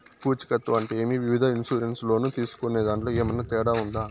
పూచికత్తు అంటే ఏమి? వివిధ ఇన్సూరెన్సు లోను తీసుకునేదాంట్లో ఏమన్నా తేడా ఉందా?